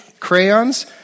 crayons